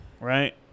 right